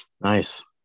Nice